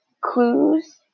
clues